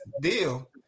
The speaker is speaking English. deal